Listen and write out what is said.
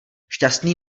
šťastný